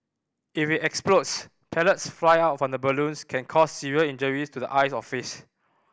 if it explodes pellets fly out of the balloon can cause serious injuries to the eyes or face